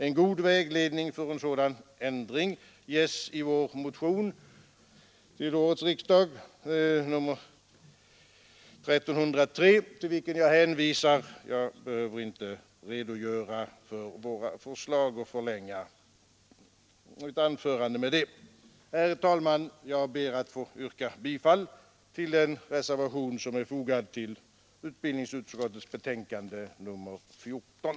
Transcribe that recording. En god vägledning för en sådan ändring ges i vår motion vid årets riksdag nr 1303, till vilken jag hänvisar. Jag behöver inte redogöra för våra förslag och förlänga mitt anförande med det. Herr talman! Jag ber att få yrka bifall till den reservation som är fogad till utbildningsutskottets betänkande nr 14.